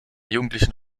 jugendlichen